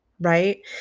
right